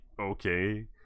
Okay